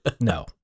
No